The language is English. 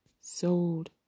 sold